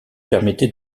permettait